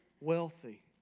wealthy